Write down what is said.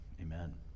Amen